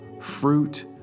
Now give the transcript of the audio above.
fruit